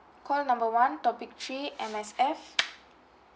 call number one topic three M_S_F